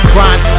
Grind